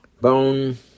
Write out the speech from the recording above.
bone